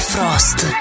Frost